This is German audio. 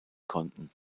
konnten